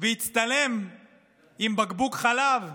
הצטלם עם בקבוק חלב ואמר: